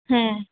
ᱦᱮᱸ